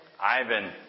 Ivan